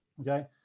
okay